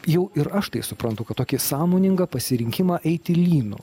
jau ir aš tai suprantu kad tokį sąmoningą pasirinkimą eiti lynu